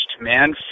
man